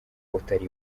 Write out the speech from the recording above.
utari